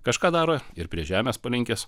kažką daro ir prie žemės palinkęs